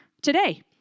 Today